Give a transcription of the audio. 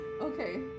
Okay